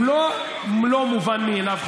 הוא לא לא מובן מאליו,